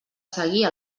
seguir